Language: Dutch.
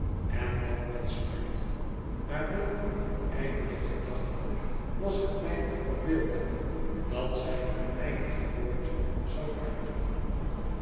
en dat met smart maar welk een ijdele gedachte was het mij te verbeelden dat zij naar m ij n e geboorte zou vragen